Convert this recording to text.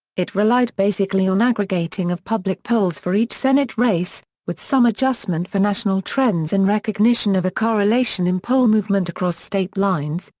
it relied basically on aggregating of public polls for each senate race, with some adjustment for national trends in recognition of a correlation in poll movement across state lines,